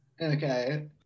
Okay